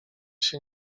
się